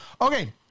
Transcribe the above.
Okay